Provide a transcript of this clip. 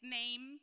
name